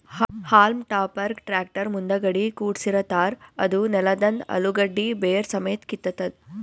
haulm ಟಾಪರ್ಗ್ tractor ಮುಂದಗಡಿ ಕುಡ್ಸಿರತಾರ್ ಅದೂ ನೆಲದಂದ್ ಅಲುಗಡ್ಡಿ ಬೇರ್ ಸಮೇತ್ ಕಿತ್ತತದ್